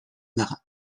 marins